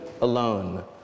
alone